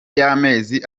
y’amezi